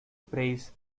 praise